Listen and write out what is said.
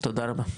תודה רבה.